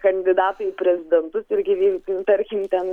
kandidatai į prezidentus ir gyvi tarkim ten